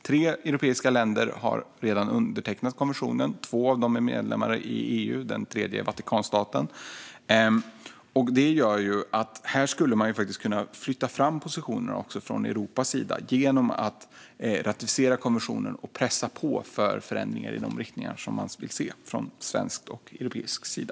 Tre europeiska länder har redan undertecknat konventionen. Två av dem är medlemmar i EU, och det tredje är Vatikanstaten. Det gör att man här skulle kunna flytta fram positionerna från Europas sida genom att ratificera konventionen och pressa på för förändringar i de riktningar som man vill se från svensk och europeisk sida.